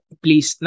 please